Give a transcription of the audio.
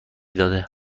داده